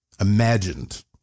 imagined